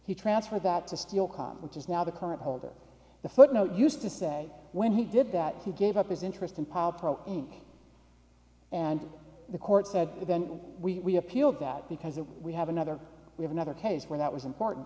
he transferred that to steal com which is now the current holder the footnote used to say when he did that he gave up his interest in paul protein and the court said then we appealed that because if we have another we have another case where that was important